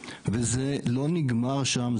וזה לא נגמר שם,